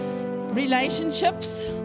Relationships